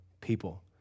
people